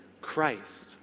Christ